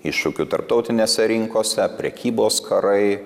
iššūkių tarptautinėse rinkose prekybos karai